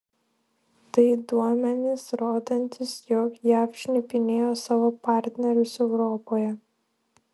tai duomenys rodantys jog jav šnipinėjo savo partnerius europoje